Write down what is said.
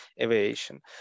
aviation